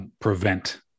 prevent